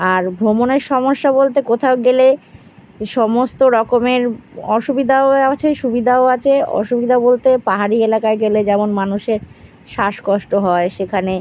আর ভ্রমণের সমস্যা বলতে কোথাও গেলে সমস্ত রকমের অসুবিধাও আছে সুবিধাও আছে অসুবিধা বলতে পাহাড়ি এলাকায় গেলে যেমন মানুষের শ্বাসকষ্ট হয় সেখানে